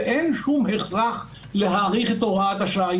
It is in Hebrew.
ואין שום הכרח להאריך את הוראת השעה.